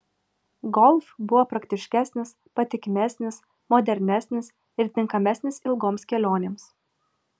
golf buvo praktiškesnis patikimesnis modernesnis ir tinkamesnis ilgoms kelionėms